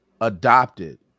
adopted